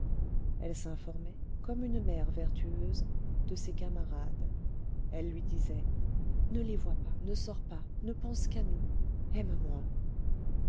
elle s'informait comme une mère vertueuse de ses camarades elle lui disait ne les vois pas ne sors pas ne pense qu'à nous aime-moi